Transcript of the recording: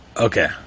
Okay